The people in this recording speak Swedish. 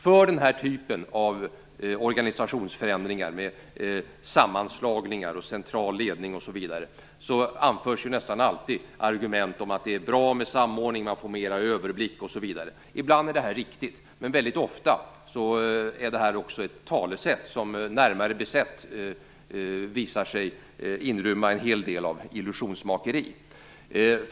För denna typ av organisationsförändringar med sammanslagningar och central ledning osv. anförs nästan alltid argument om att det är bra med samordning, att man får större överblick, osv. Ibland är detta riktigt, men väldigt ofta är det också ett talesätt som visar sig inrymma en hel del av illusionsmakeri.